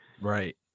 right